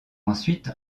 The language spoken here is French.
ensuite